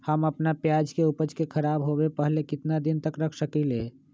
हम अपना प्याज के ऊपज के खराब होबे पहले कितना दिन तक रख सकीं ले?